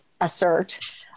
assert